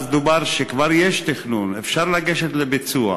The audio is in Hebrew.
אז דובר שכבר יש תכנון ואפשר לגשת לביצוע.